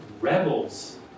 rebels